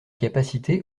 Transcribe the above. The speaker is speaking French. capacités